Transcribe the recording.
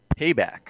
payback